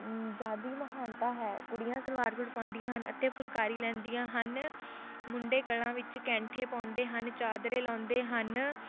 ਜ਼ਿਆਦੀ ਮਹਾਨਤਾ ਹੈ ਕੁੜੀਆਂ ਸਲਵਾਰ ਸੂਟ ਪਾਉਂਦੀਆਂ ਹਨ ਅਤੇ ਫੁਲਕਾਰੀ ਲੈਂਦੀਆਂ ਹਨ ਮੁੰਡੇ ਗਲਾਂ ਵਿੱਚ ਕੈਂਠੇ ਪਾਉਂਦੇ ਹਨ ਚਾਦਰੇ ਲਾਉਂਦੇ ਹਨ